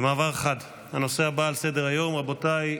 במעבר חד, הנושא הבא על סדר-היום, רבותיי,